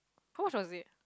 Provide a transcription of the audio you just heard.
how much was it